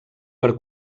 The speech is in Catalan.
per